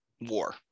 war